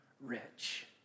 rich